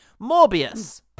Morbius